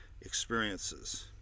experiences